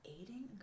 aiding